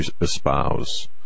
espouse